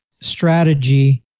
strategy